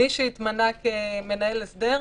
מי שהתמנה כמנהל הסדר,